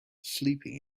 sleeping